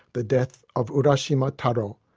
the death of urashima taro,